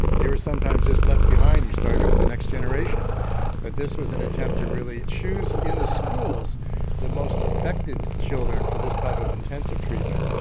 they were sometimes just left behind, you started with the next generation but this was an attempt to really choose in the schools the most affected children for this type of intensive treatment.